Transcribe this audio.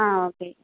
ஆ okay